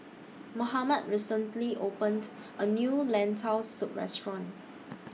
Mohammad recently opened A New Lentil Soup Restaurant